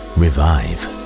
revive